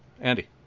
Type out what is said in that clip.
Andy